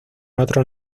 otros